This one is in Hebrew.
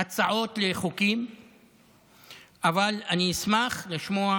אבל אשמח לשמוע